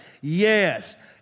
Yes